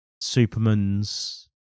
Superman's